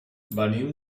venim